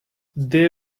they